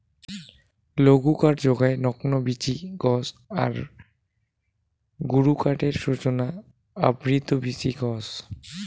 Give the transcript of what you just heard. লঘুকাঠ যোগায় নগ্নবীচি গছ আর গুরুকাঠের সূচনা আবৃত বীচি গছ